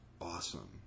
awesome